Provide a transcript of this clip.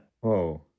Whoa